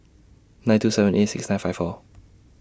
nine two seven eight six nine five four